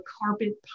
carpet